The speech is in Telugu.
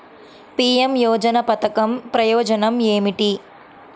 పీ.ఎం యోజన పధకం ప్రయోజనం ఏమితి?